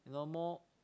you know more